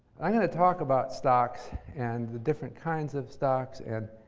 i'm going to talk about stocks and the different kinds of stocks and